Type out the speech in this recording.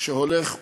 הולך ומתמשך.